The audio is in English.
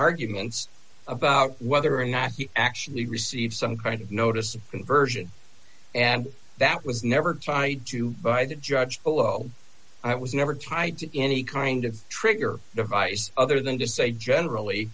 arguments about whether or not he actually received some kind of notice of conversion and that was never tied to by the judge below i was never tied to any kind of trigger device other than to say generally